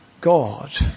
God